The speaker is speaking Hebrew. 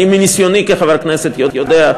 אני מניסיוני כחבר כנסת יודע,